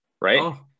right